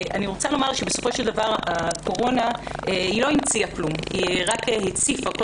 בסופו של דבר הקורונה לא המציאה כלום אלא רק הציפה כל